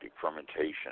fermentation